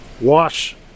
wash